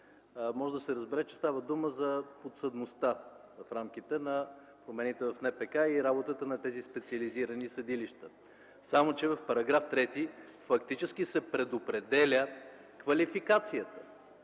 може да се разбере, че става дума за подсъдността в рамките на промените в НПК и работата на тези специализирани съдилища. Само че в § 3 фактически се предопределя квалификацията